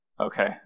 Okay